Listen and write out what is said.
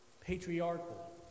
patriarchal